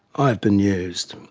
i have been used,